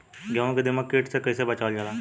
गेहूँ को दिमक किट से कइसे बचावल जाला?